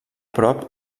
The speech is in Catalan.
prop